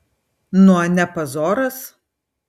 nu a ne pazoras